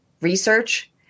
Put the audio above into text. research